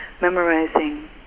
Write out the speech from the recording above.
memorizing